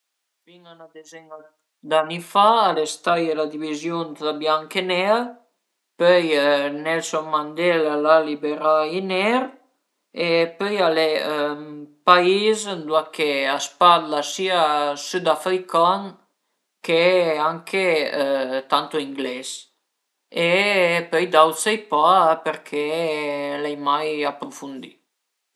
L'animal pi gros che l'abiu mai vist al e ël leun e l'ai vistlu ën ün zoo ën Trentin e pöi l'ai vist anche sempre ën Trentin l'urs ch'al era ënt ün recinto vizibile al pubblico